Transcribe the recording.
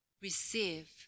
receive